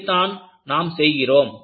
இதைத் தான் நாம் செய்கிறோம்